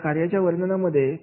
या कार्याच्या वर्णना मध्ये